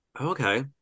Okay